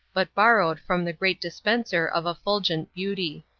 but borrowed from the great dispenser of effulgent beauty.